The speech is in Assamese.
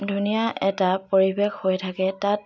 ধুনীয়া এটা পৰিৱেশ হৈ থাকে তাত